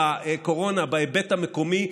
בקורונה בהיבט המקומי.